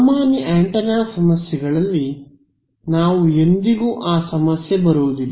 ಸಾಮಾನ್ಯ ಆಂಟೆನಾ ಸಮಸ್ಯೆಗಳಲ್ಲಿ ನಾವು ಎಂದಿಗೂ ಆ ಸಮಸ್ಯೆ ಬರುವುದಿಲ್ಲ